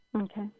Okay